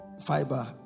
fiber